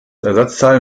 ersatzteil